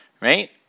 right